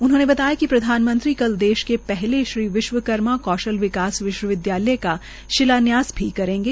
उन्होंने कहा कि प्रधानमंत्री कल देश के पहले विश्वकर्मा कौशल विकास विश्वविदयालय का शिलान्यास भी करेंगे